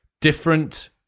different